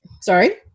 Sorry